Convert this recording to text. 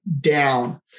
down